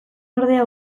ordea